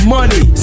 Money